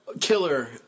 killer